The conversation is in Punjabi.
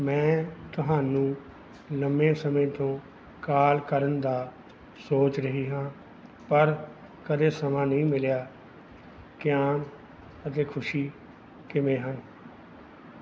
ਮੈਂ ਤੁਹਾਨੂੰ ਲੰਬੇ ਸਮੇਂ ਤੋਂ ਕਾਲ ਕਰਨ ਦਾ ਸੋਚ ਰਹੀ ਹਾਂ ਪਰ ਕਦੇ ਸਮਾਂ ਨਹੀਂ ਮਿਲਿਆ ਕਿਆਨ ਅਤੇ ਖੁਸ਼ੀ ਕਿਵੇਂ ਹਨ